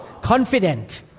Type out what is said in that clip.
Confident